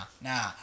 nah